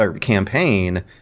campaign